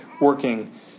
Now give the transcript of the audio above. working